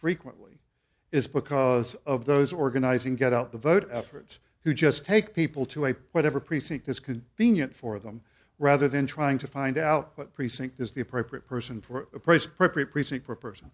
frequently is because of those organizing get out the vote efforts who just take people to a whatever precinct is convenient for them rather than trying to find out what precinct is the appropriate person for a price per precinct for a person